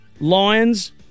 Lions